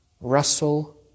Russell